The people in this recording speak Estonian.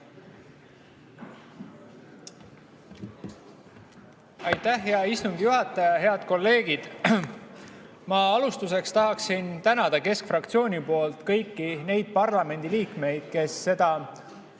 Aitäh, hea istungi juhataja! Head kolleegid! Ma alustuseks tahaksin tänada keskfraktsiooni nimel kõiki neid parlamendiliikmeid, kes seda